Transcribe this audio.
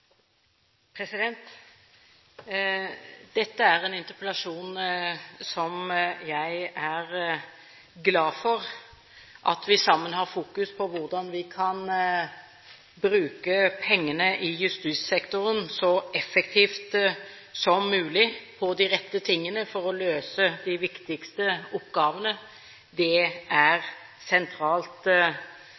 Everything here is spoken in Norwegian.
Dette er en interpellasjon som jeg er glad for. At vi sammen har fokus på hvordan vi kan bruke pengene i justissektoren så effektivt som mulig på de rette tingene for å løse de viktigste oppgavene, er sentralt